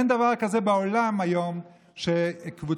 אין דבר כזה בעולם היום שקבוצה,